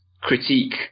critique